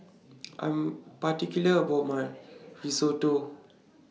I Am particular about My Risotto